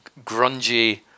grungy